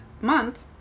month